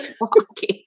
Walking